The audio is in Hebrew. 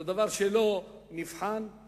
זה דבר שלא נבחן,